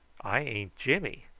i ain't jimmy.